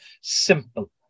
simple